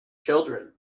children